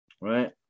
right